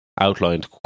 outlined